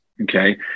Okay